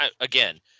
again